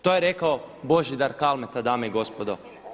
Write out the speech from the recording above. To je rekao Božidar Kalmeta, dame i gospodo.